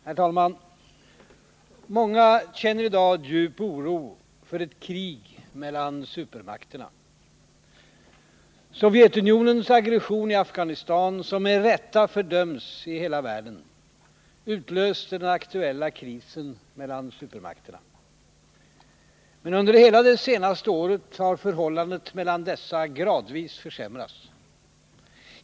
Herr talman! Många känner i dag djup oro för ett krig mellan supermakterna. Sovjetunionens aggression i Afghanistan, som med rätta fördömts i hela världen, utlöste den aktuella krisen mellan supermakterna. Men under hela det senaste året har förhållandet mellan dessa gradvis försämrats.